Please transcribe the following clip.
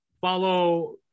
Follow